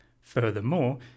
Furthermore